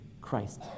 Christ